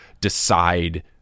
decide